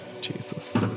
Jesus